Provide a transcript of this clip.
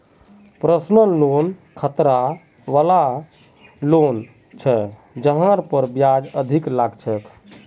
personal loan खतरा वला loan छ जहार पर ब्याज अधिक लग छेक